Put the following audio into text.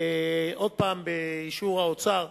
שוב באישור האוצר.